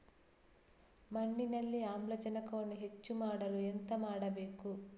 ಮಣ್ಣಿನಲ್ಲಿ ಆಮ್ಲಜನಕವನ್ನು ಹೆಚ್ಚು ಮಾಡಲು ಎಂತ ಮಾಡಬೇಕು?